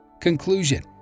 Conclusion